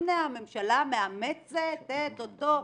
הנה הממשלה מאמצת את אותו רעיון,